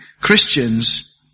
Christians